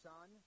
Son